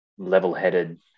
level-headed